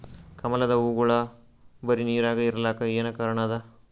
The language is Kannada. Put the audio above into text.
ಕಮಲದ ಹೂವಾಗೋಳ ಬರೀ ನೀರಾಗ ಇರಲಾಕ ಏನ ಕಾರಣ ಅದಾ?